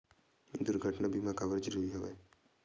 दुर्घटना बीमा काबर जरूरी हवय?